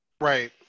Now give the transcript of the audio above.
Right